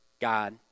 God